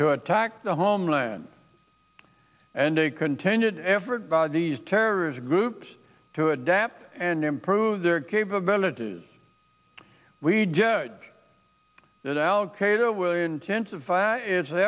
to attack the homeland and a continued effort by these terrorist groups to adapt and improve their capabilities we judge that al